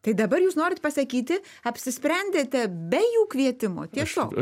tai dabar jūs norit pasakyti apsisprendėte be jų kvietimo tiesiog